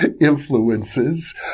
influences